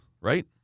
Right